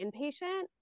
inpatient